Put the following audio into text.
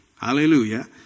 Hallelujah